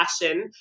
fashion